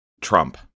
Trump